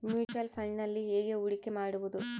Mutual ಫುಣ್ಡ್ನಲ್ಲಿ ಹೇಗೆ ಹೂಡಿಕೆ ಮಾಡುವುದು?